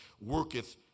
worketh